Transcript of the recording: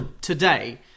today